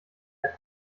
der